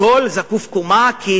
הכול זקוף-קומה, כי